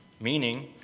meaning